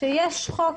שיש חוק